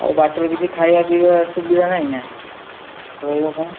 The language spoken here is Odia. ଆଉ ବାଟରେ କିଛି ଖାଇବା ପିଇବା ସୁବିଧା ନାହିଁ ନା ରହିବା ପାଇଁ